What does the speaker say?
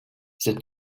the